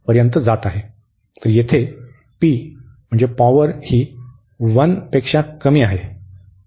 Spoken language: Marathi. तर येथे म्हणजे पॉवर ही 1 पेक्षा कमी आहे